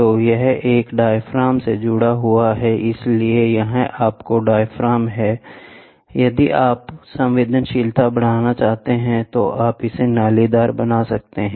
तो यह एक डायाफ्राम से जुड़ा हुआ है इसलिए यह आपका डायाफ्राम है यदि आप संवेदनशीलता बढ़ाना चाहते हैं तो आप इसे नालीदार बना सकते हैं